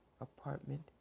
apartment